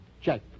Check